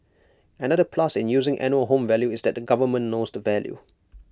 another plus in using annual home value is that the government knows the value